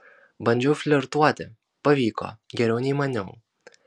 bandžiau flirtuoti pavyko geriau nei maniau